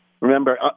Remember